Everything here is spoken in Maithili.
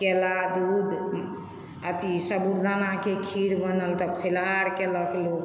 केरा दूध अथी साबूदानाके खीर बनल तऽ फलाहार केलक लोक